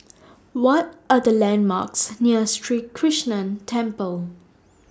What Are The landmarks near Krishnan Temple